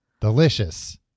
delicious